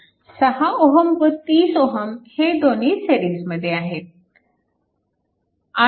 6 Ω व 30 Ω हे दोन्ही सिरीजमध्ये आहेत